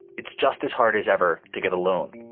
it's just as hard as ever to get a loan.